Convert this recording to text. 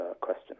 question